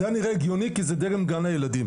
זה היה נראה הגיוני כי זה דגם גן הילדים,